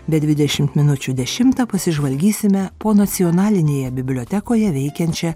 be dvidešimt minučių dešimtą pasižvalgysime po nacionalinėje bibliotekoje veikiančią